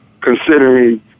considering